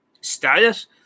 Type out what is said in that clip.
status